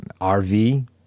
RV